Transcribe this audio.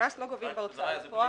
קנס לא גובים בהוצאה לפועל.